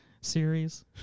series